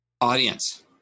Audience